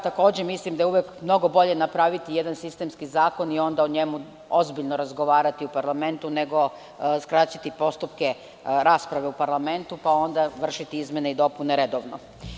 Takođe, mislim da je uvek mnogo bolje napraviti jedan sistemski zakon i onda o njemu ozbiljno razgovarati u parlamentu, nego skratiti postupke rasprave u parlamentu, pa onda vršiti izmene i dopune redovno.